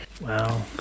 Wow